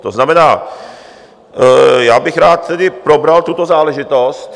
To znamená, já bych rád tedy probral tuto záležitost.